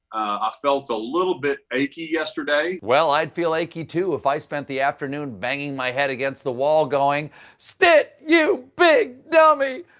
i felt a little bit achy yesterday. stephen well, i would feel achy too if i spent the afternoon banging my head against the wall going stitt you big dumbee,